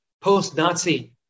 post-Nazi